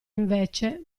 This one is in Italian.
invece